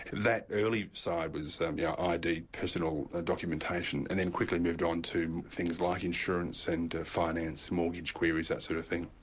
that early side was um yeah id personal documentation, and then quickly moved on to things like insurance and ah finance, mortgage queries, that sort of thing.